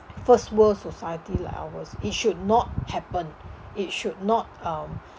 first world society like ours it should not happen it should not um